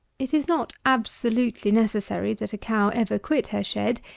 it is not absolutely necessary that a cow ever quit her shed,